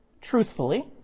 Truthfully